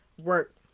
work